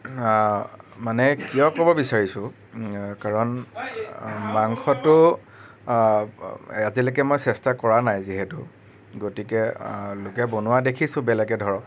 মানে কিয় ক'ব বিচাৰিছো কাৰণ মাংসটো আজিলৈকে মই চেষ্টা কৰা নাই যিহেতু গতিকে লোকে বনোৱা দেখিছো বেলেগে ধৰক